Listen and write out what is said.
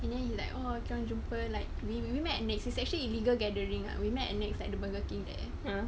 and then he like oh kita orang jumpa like we we we met it is actually an illegal gathering ah we met at next like the burger king there